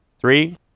Three